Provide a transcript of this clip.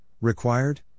required